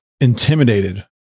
intimidated